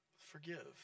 forgive